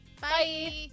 Bye